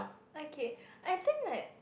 okay I think that